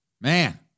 Man